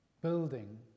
building